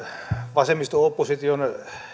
vasemmisto opposition